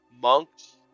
monks